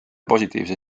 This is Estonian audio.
positiivse